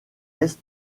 est